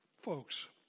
folks